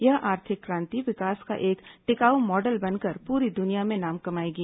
यह आर्थिक क्रांति विकास का एक टिकाऊ मॉडल बनकर पूरी दुनिया में नाम कमाएगी